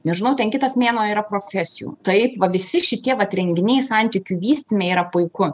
nežinau ten kitas mėnuo yra profesijų taip va visi šitie vat renginiai santykių vystyme yra puiku